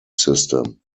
system